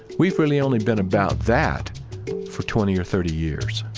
we've really only been about that for twenty or thirty years